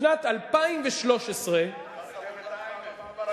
בשנת 2013, רכבת העמק.